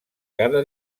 cada